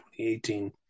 2018